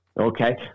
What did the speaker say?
Okay